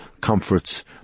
comforts